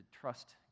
trust